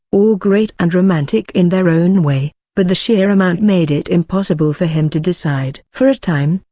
all great and romantic in their own way but the sheer amount made it impossible for him to decide. for a time,